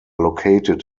located